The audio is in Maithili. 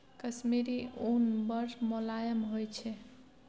कश्मीरी उन बड़ मोलायम होइ छै